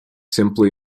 simply